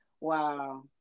wow